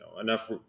enough